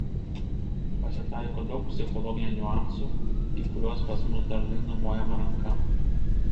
pasitaiko daug psichologinių niuansų į kuriuos pas mus dažnai numojama ranka